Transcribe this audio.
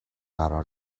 قرار